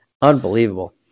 unbelievable